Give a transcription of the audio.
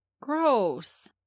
Gross